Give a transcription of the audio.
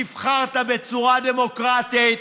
נבחרת בצורה דמוקרטית,